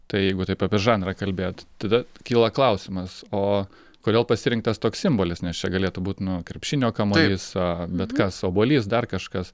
tai jeigu taip apie žanrą kalbėt tada kyla klausimas o kodėl pasirinktas toks simbolis nes čia galėtų būt nu krepšinio kamuolys bet kas obuolys dar kažkas